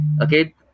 Okay